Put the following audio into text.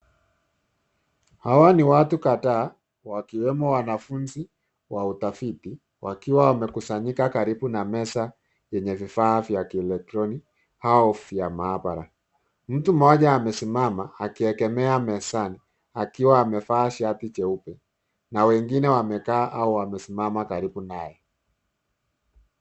Hawa ni watu kadhaa, wakiwemo wanafunzi wa utafiti, wakiwa wamekusanyika karibu na meza, yenye vifaa vya kielektroni, au vya maabara. Mtu mmoja amesimama, akiegemea mezani, akiwa amevaa shati jeupe. Na wengine wamekaa au wamesimama karibu naye.